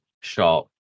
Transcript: shop